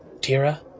Tira